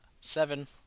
seven